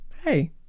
Hey